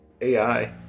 AI